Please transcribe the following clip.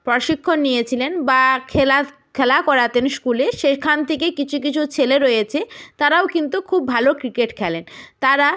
প্রশিক্ষণ নিয়েছিলেন বা খেলা খেলা করাতেন স্কুলে সেখান থেকেই কিছু কিছু ছেলে রয়েছে তারাও কিন্তু খুব ভালো ক্রিকেট খেলেন তারা